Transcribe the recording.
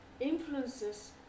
influences